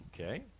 Okay